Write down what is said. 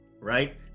right